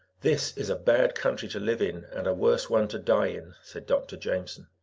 this is a bad country to live in, and a worse one to die in, said dr. jameson.